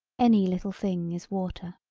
any little thing is water.